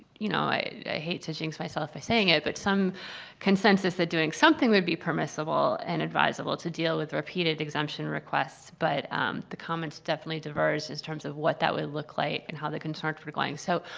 you know i hate to jinx myself by saying it but some consensus that doing something would be permissible and advisable to deal with repeated exemption requests. but the comment is definitely diverse in terms of what that would look like and how the concerns are going. so,